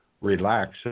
relax